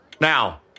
Now